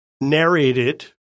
narrated